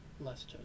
less